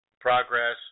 Progress